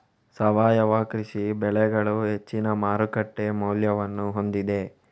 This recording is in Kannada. ಸಾವಯವ ಕೃಷಿ ಬೆಳೆಗಳು ಹೆಚ್ಚಿನ ಮಾರುಕಟ್ಟೆ ಮೌಲ್ಯವನ್ನು ಹೊಂದಿದೆ